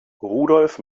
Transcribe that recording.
rudolf